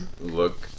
look